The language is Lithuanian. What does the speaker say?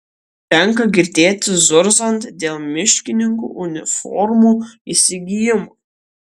tenka girdėti zurzant dėl miškininkų uniformų įsigijimo